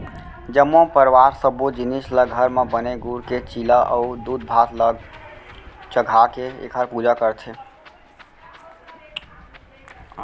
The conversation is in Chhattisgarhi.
जम्मो परवार सब्बो जिनिस ल घर म बने गूड़ के चीला अउ दूधभात ल चघाके एखर पूजा करथे